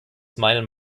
meinem